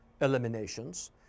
eliminations